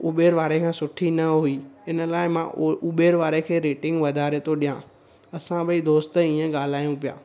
Uber वारे खां सुठी न हुई इन लाइ मां उ उबेर वारे खे रेटिंग वधारे थो ॾिया असां ॿई दोस्त ईअं ॻाल्हायूं पिया